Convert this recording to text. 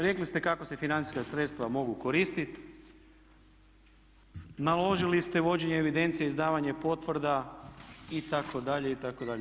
Rekli ste kako se financijska sredstva mogu koristiti, naložili ste vođenje evidencije izdavanja potvrda itd., itd.